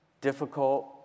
difficult